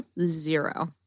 Zero